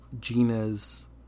Gina's